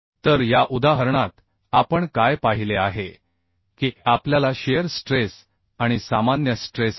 तर या उदाहरणात आपण काय पाहिले आहे की आपल्याला शियर स्ट्रेस आणि सामान्य स्ट्रेस आहे